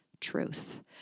truth